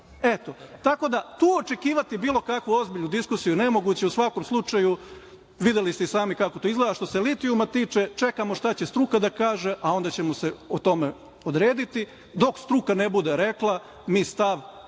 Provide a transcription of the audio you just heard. nam pola. Tu očekivati bilo kakvu ozbiljnu diskusiju je nemoguće. U svakom slučaju, videli ste i sami kako to izgleda. Što se litijuma tiče, čekamo šta će struka da kaže, a onda ćemo se o tome odrediti. Dok struka ne bude rekla, mi stav čekamo